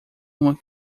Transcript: uma